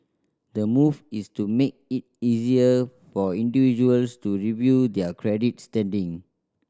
the move is to make it easier for individuals to review their credit standing